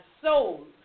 soul